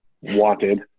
Wanted